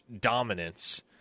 dominance